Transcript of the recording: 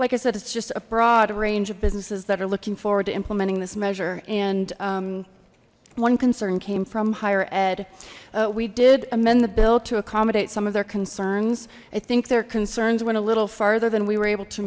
like i said it's just a broad range of businesses that are looking forward to implementing this measure and one concern came from higher ed we did amend the bill to accommodate some of their concerns i think their concerns went a little farther than we were able to